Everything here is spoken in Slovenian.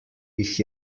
jih